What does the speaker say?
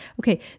Okay